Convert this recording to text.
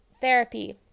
therapy